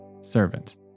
servant